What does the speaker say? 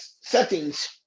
settings